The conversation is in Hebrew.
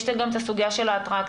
יש את הסוגיה של האטרקציות,